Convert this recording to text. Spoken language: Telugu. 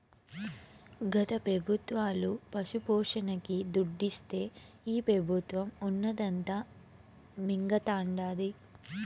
గత పెబుత్వాలు పశుపోషణకి దుడ్డిస్తే ఈ పెబుత్వం ఉన్నదంతా మింగతండాది